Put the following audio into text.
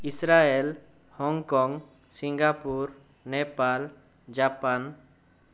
Israel Hong Kong Singapore Nepal Japan